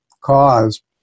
cause